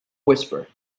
whisper